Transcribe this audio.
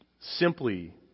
simply